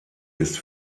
ist